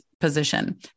position